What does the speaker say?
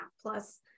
plus